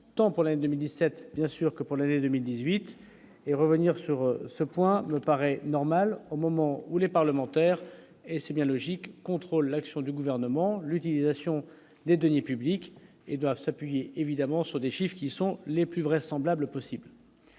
tant pour l'année 2017, bien sûr que pour l'année 2018 et revenir sur ce point me paraît normal, au moment où les parlementaires et c'est bien logique, contrôle l'action du gouvernement, l'utilisation des deniers publics et doivent s'appuyer évidemment sur des chiffres qui sont les plus vraisemblables, possibles.